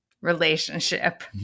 relationship